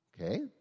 okay